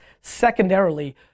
Secondarily